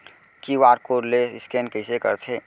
QR code ले scan कइसे करथे?